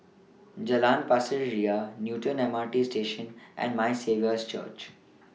Jalan Pasir Ria Newton M R T Station and My Saviour's Church